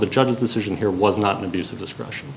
the judge's decision here was not an abuse of discretion